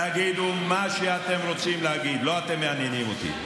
תגידו מה שאתם רוצים, לא אתם מעניינים אותי.